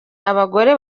abagore